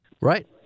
Right